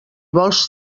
vols